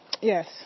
yes